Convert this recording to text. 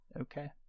Okay